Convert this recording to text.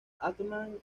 altman